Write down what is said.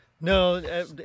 No